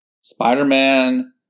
Spider-Man